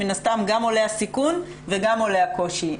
כך עולה הסיכון ועולה הקושי.